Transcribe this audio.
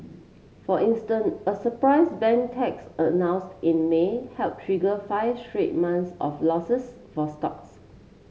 for instant a surprise bank tax announce in May helped trigger five straight months of losses for stocks